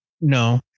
No